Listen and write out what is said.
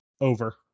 over